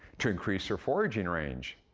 to increase their foraging range.